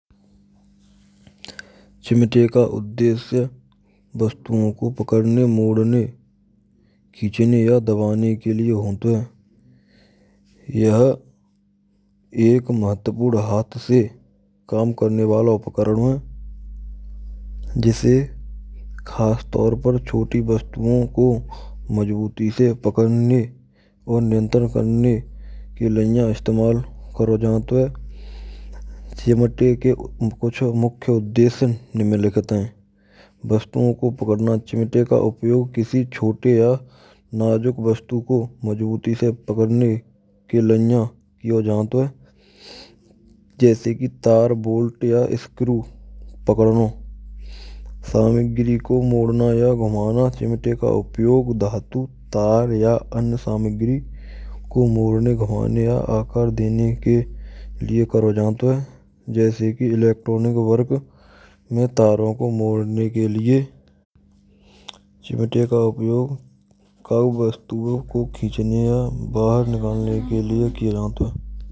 Chimate ka udeshy vaastuon ko pakadane, modne, kheenche ya dabaane ke lie hoato hay. Yheh ek hath se kaam krne walon upkaranon hay. Jisai khaastaur pe chhotee vaastu ko majabooti se pkadne aur niyantran karane ke lie istemaal karo jato hay. Chimate ke kuch mukhy udeshy nimnlikhit hay. Vastuo ka pakadane chimate ka upayog kisee chhote ya najuk vaastu ko majabooti se pakadne ke liye bno jaot hay. Jaise kee taar, bolt ya skroo pakaadno. Samagri ko modno ya ghumana. Chimtai ka upyog dhaatu tar ya any samagri ko morne ghumanai aakaar dene ke lie karo daanto. Jaise ki electronic vark maiin taron ko modanai kai liya. Chimate ka upyog ko kheechne ya bahar niklane ke liye kro jaat hay.